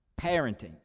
Parenting